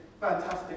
fantastic